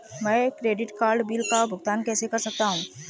मैं credit card bill का भुगतान कैसे कर सकता हूं?